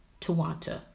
Tawanta